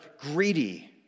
greedy